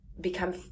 become